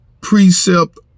precept